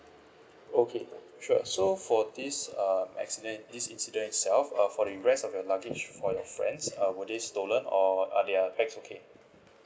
okay sure so for this um accident this incident itself uh for the rest of your luggage for your friends uh were they stolen or are their bags okay